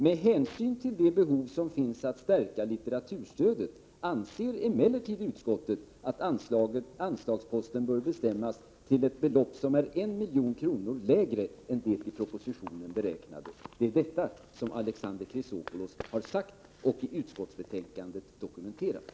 ———- Med hänsyn till det behov som finns att stärka litteraturstödet anser emellertid utskottet ——— att anslagsposten bör bestämmas till ett belopp som är 1 milj.kr. lägre än det i propositionen beräknade.” Det är detta som Alexander Chrisopoulos har sagt och som finns dokumenterat i utskottsbetänkandet.